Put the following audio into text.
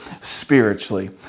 spiritually